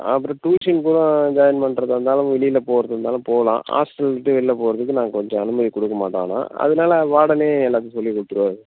அப்புறம் ட்யூஷன் கூட ஜாயின் பண்றதாக இருந்தாலும் வெளியில போகறது இருந்தாலும் போகலாம் ஹாஸ்டல் விட்டு வெளில போகறதுக்கு நாங்கள் கொஞ்சம் அனுமதி கொடுக்க மாட்டோம் ஆனால் அதனால வார்டனே எல்லாத்தையும் சொல்லி கொடுத்துருவாரு